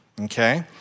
Okay